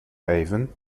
even